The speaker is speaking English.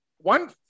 One